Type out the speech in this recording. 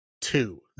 two